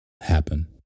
happen